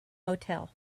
motel